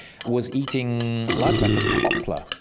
was eating large amounts of poplar,